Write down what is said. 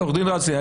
עו"ד דרסלי,